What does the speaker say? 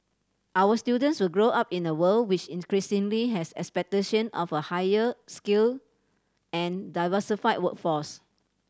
our students will grow up in a world which increasingly has expectation of a higher skilled and diversified workforce